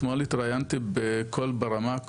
אתמול התראיינתי בקול ברמה,